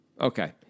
Okay